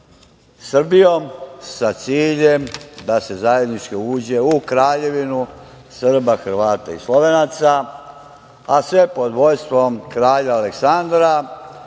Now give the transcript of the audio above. Srbijom, sa ciljem da se zajednički uđe u Kraljevinu Srba, Hrvata i Slovenaca, a sve pod vodstvom kralja Aleksandra,